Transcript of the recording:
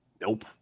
Nope